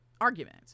argument